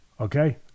okay